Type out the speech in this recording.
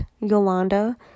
Yolanda